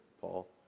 Paul